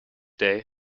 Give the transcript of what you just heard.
day